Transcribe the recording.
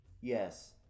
Yes